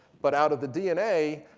but out of the dna,